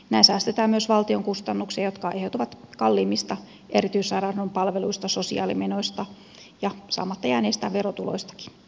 näin säästetään myös valtion kustannuksia jotka aiheutuvat kalliimmista erityissairaanhoidon palveluista sosiaalimenoista ja saamatta jääneistä verotuloistakin